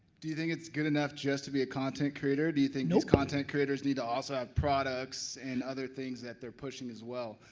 do you think it's good enough just to be a content creator? nope. do you think those content creators need to also have products and other things that they're pushing as well?